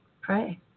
Pray